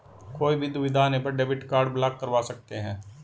कोई भी दुविधा आने पर डेबिट कार्ड ब्लॉक करवा सकते है